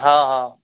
हँ हँ